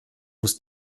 muss